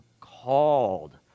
called